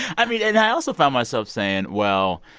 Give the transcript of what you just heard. i mean and i also found myself saying, well,